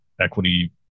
equity